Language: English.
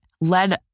led